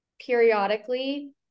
periodically